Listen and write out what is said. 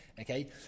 Okay